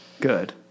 Good